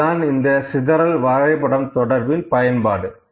இதுதான் இந்த சிதறல் வரைபடம் தொடர்பின் பயன்பாடு